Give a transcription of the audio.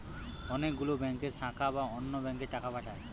অনেক গুলো ব্যাংকের শাখা বা অন্য ব্যাংকে টাকা পাঠায়